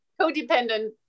codependent